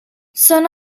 són